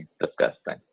Disgusting